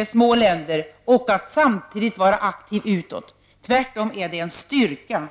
samarbetar och att de samtidigt är aktiva utåt — tvärtom är det en styrka.